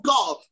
God